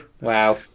Wow